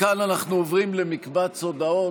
מכאן אנחנו עוברים למקבץ הודעות.